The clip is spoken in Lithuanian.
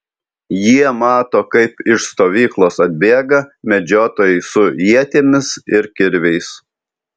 jie mato kaip iš stovyklos atbėga medžiotojai su ietimis ir kirviais